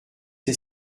ses